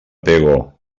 pego